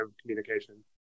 communication